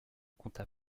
compta